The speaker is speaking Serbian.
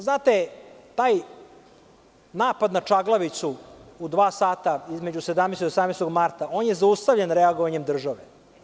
Znate, taj napad na Čaglavicu u dva sata između 17. i 18. marta, on je zaustavljen reagovanjem države.